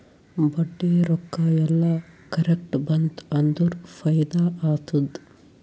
ಬಡ್ಡಿ ರೊಕ್ಕಾ ಎಲ್ಲಾ ಕರೆಕ್ಟ್ ಬಂತ್ ಅಂದುರ್ ಫೈದಾ ಆತ್ತುದ್